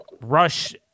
Rush